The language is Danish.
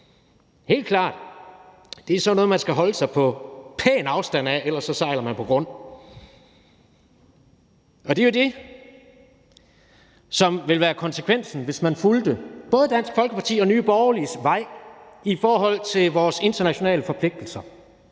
helt klart. Det er sådan noget, man skal holde sig på pæn afstand af, ellers sejler man på grund. Det er jo det, som ville være konsekvensen, hvis man fulgte både Dansk Folkepartis og Nye Borgerliges vej i forhold til vores internationale forpligtelser.